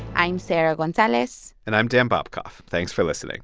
i'm sarah gonzalez and i'm dan bobkoff. thanks for listening